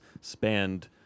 spanned